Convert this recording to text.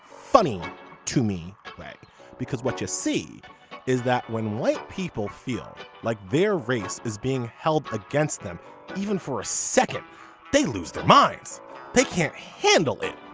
funny to me because what you see is that when white people feel like their race is being held against them even for a second they lose their minds they can't handle it.